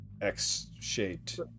X-shaped